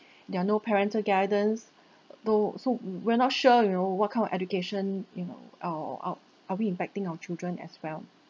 there are no parental guidance though so we're not sure you know what kind of education you know err our are we impacting our children as well